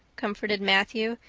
comforted matthew,